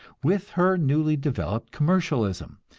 with her newly developed commercialism,